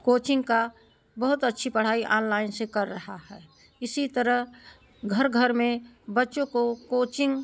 coaching का बहुत अच्छी पढ़ाई आनलाइन से कर रहा है इसी तरह घर घर में बच्चों को कोचिंग